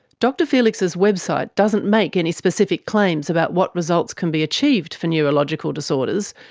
dr felix's website doesn't make any specific claims about what results can be achieved for neurological disorders,